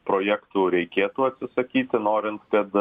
projektų reikėtų atsisakyti norint kad